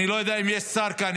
אני לא יודע אם יש שר כאן.